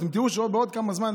אתם תראו שבעוד כמה זמן